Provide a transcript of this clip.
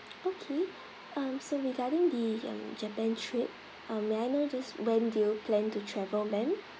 okay um so regarding the um japan trip um may I know just when do you plan to travel then